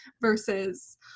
versus